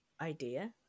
idea